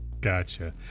Gotcha